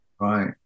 Right